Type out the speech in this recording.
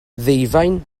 ddeufaen